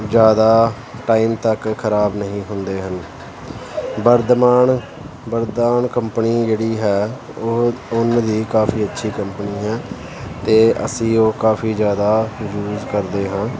ਜ਼ਿਆਦਾ ਟਾਈਮ ਤੱਕ ਖਰਾਬ ਨਹੀ ਹੁੰਦੇ ਹਨ ਬਰਦਮਾਨ ਬਰਦਾਨ ਕੰਪਨੀ ਜਿਹੜੀ ਹੈ ਉਹ ਉੱਨ ਦੀ ਕਾਫੀ ਅੱਛੀ ਕੰਪਨੀ ਹੈ ਅਤੇ ਅਸੀ ਉਹ ਕਾਫੀ ਜ਼ਿਆਦਾ ਯੂਜ਼ ਕਰਦੇ ਹਾਂ